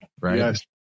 right